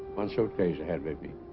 one short page ahead maybe